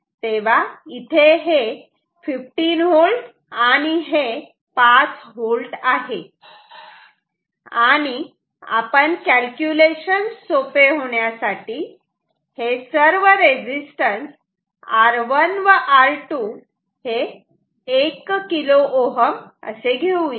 तेव्हा इथे हे 15V आणि हे 5V आहे आणि आपण कॅल्क्युलेशन सोपे होण्यासाठी हे सर्व रेजिस्टन्स R1 व R2 हे 1 किलो ओहम असे घेऊयात